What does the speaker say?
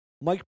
Mike